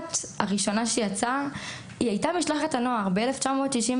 שהמשלחת הראשונה שיצאה הייתה משלחת הנוער, ב-1963.